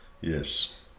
yes